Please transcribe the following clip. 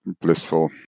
blissful